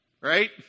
Right